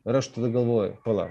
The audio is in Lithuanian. ir aš tada galvoju pala